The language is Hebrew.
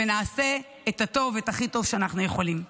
ונעשה את הטוב ואת הכי טוב שאנחנו יכולים.